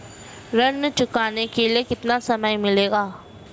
ऋण चुकाने के लिए कितना समय मिलेगा?